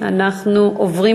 אנחנו עוברים